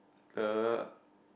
the